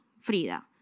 Frida